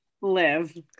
live